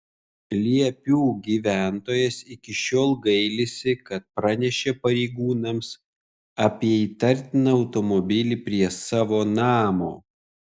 liepių gyventojas iki šiol gailisi kad pranešė pareigūnams apie įtartiną automobilį prie savo namo